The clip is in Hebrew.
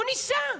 הוא ניסה,